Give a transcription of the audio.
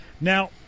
Now